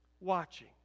watching